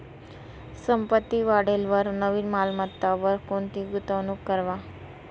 संपत्ती वाढेलवर नवीन मालमत्तावर कोणती गुंतवणूक करवा